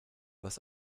was